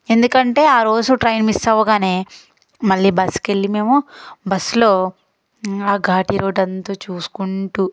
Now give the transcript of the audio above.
ఎందుకంటే ఆ రోజు ట్రైన్ మిస్ అవ్వగానే మళ్లీ బస్ కెళ్ళి మేము బస్సులో ఆ ఘాటీ రోడ్ అంతా చూసుకుంటూ